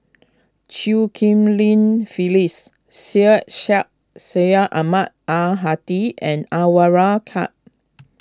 Chew Ghim Lin Phyllis Syed Sheikh Syed Ahmad Al Hadi and Anwarul Ka